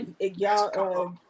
y'all